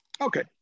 Okay